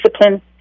discipline